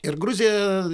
ir gruzija